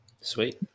sweet